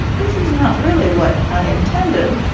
this is not really what i intended.